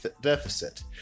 deficit